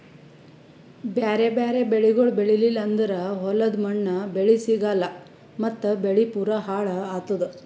ಬ್ಯಾರೆ ಬ್ಯಾರೆ ಬೆಳಿಗೊಳ್ ಬೆಳೀಲಿಲ್ಲ ಅಂದುರ್ ಹೊಲದ ಮಣ್ಣ, ಬೆಳಿ ಸಿಗಲ್ಲಾ ಮತ್ತ್ ಬೆಳಿ ಪೂರಾ ಹಾಳ್ ಆತ್ತುದ್